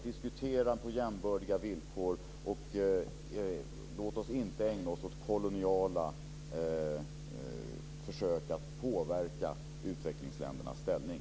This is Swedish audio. Diskutera på jämbördiga villkor och låt oss inte ägna oss åt koloniala försök att påverka utvecklingsländernas ställning!